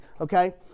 okay